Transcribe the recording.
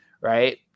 right